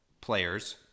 players